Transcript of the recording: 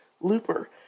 Looper